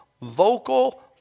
vocal